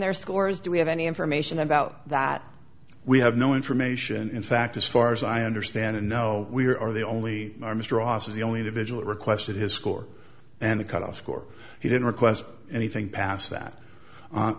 their scores do we have any information about that we have no information in fact as far as i understand and no we are the only mr asa the only individual requested his score and the cut off score he didn't request anything past that